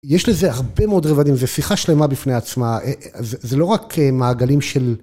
יש לזה הרבה מאוד רבדים, זה שיחה שלמה בפני עצמה, זה לא רק מעגלים של...